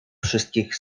wszystkich